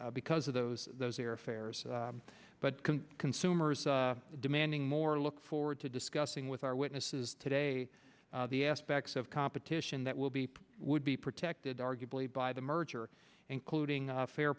columbus because of those those air fares but consumers are demanding more look forward to discussing with our witnesses today the aspects of competition that will be would be protected arguably by the merger including fair